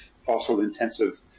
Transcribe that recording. fossil-intensive